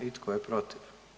I tko je protiv?